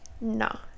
No